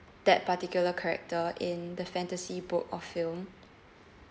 that particular character in the fantasy book or film